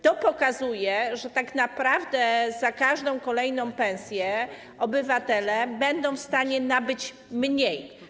To pokazuje, że tak naprawdę za każdą kolejną pensję obywatele będą mogli nabyć mniej.